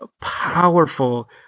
powerful